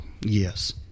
Yes